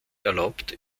erlaubt